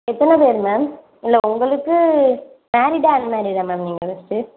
எத்தனை பேர் மேம் இல்லை உங்களுக்கு மேரீடாக அன் மேரீடாக மேம் நீங்கள் ஃபர்ஸ்ட்டு